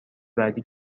بعدی